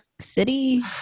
city